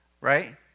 right